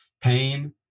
pain